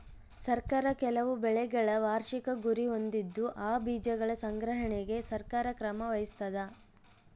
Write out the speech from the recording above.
ಸರ್ಕಾರ ಕೆಲವು ಬೆಳೆಗಳ ವಾರ್ಷಿಕ ಗುರಿ ಹೊಂದಿದ್ದು ಆ ಬೀಜಗಳ ಸಂಗ್ರಹಣೆಗೆ ಸರ್ಕಾರ ಕ್ರಮ ವಹಿಸ್ತಾದ